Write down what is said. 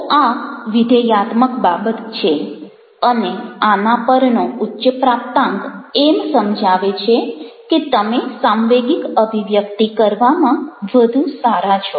તો આ વિધેયાત્મક બાબત છે અને આના પરનો ઉચ્ચ પ્રાપ્તાંક એમ સમજાવે છે કે તમે સાંવેગિક અભિવ્યક્તિ કરવામાં વધુ સારા છો